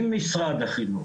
עם משרד החנוך,